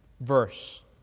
verse